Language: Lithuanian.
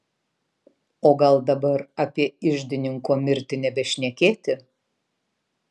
o gal dabar apie iždininko mirtį nebešnekėti